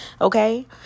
Okay